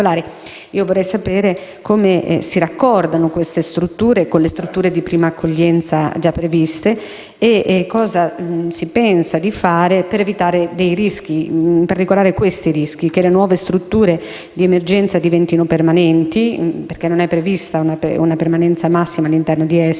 vorrei sapere come si raccordano queste strutture con quelle di prima accoglienza già previste e cosa si pensa di fare per evitare rischi, in particolare che le nuove strutture di emergenza diventino permanenti, perché non è prevista una permanenza massima al loro interno.